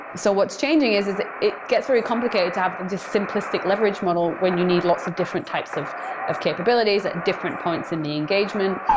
so what's changing is is that it gets very complicated to have just simplistic leverage model when you need lots of different types of of capabilities at different points in the engagement.